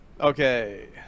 okay